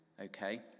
okay